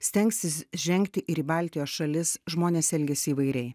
stengsis žengti ir į baltijos šalis žmonės elgiasi įvairiai